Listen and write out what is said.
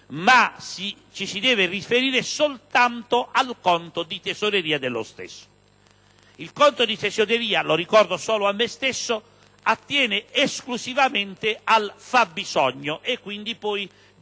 ma ci si deve riferire soltanto al conto di Tesoreria dello stesso. Il conto di Tesoreria - lo ricordo solo a me stesso - attiene esclusivamente al fabbisogno e quindi, di seguito,